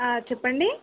చెప్పండి